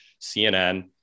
CNN